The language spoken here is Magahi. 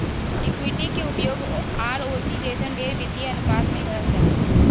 इक्विटी के उपयोग आरओई जइसन ढेर वित्तीय अनुपात मे करल जा हय